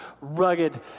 rugged